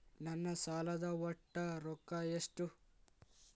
ನನ್ನ ಸಾಲದ ಒಟ್ಟ ರೊಕ್ಕ ಎಷ್ಟು?